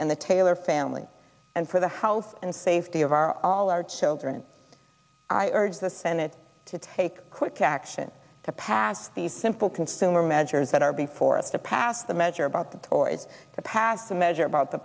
and the taylor family and for the house and safety of our all our children i urge the senate to take quick action to pass these simple consumer measures that are before us to pass the measure about the toys to pass the measure about the